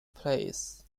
plays